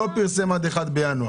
אם לא פרסם עד 1 בינואר?